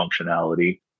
functionality